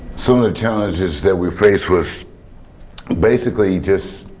some of the challenges that we faced was basically just